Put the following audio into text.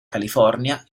california